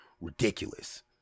ridiculous